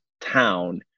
town